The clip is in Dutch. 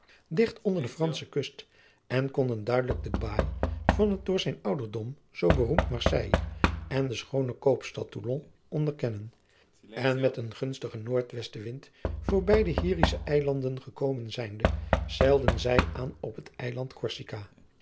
onder de fransche kust en konden duidelijk de baai van het door zijn ouderdom zoo beroemd marseille en de schoone koopstad toulon onderkennen en met een gunstigen noordwesten wind voorbij de hierische eilanden gekomen zijnde zeilden zij aan op het eiland corsica